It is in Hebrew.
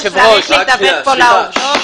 צריך להידבק פה לעובדות.